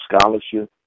scholarship